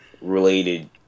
related